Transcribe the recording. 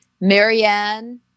Marianne